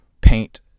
paint